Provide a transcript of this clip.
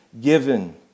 given